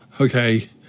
Okay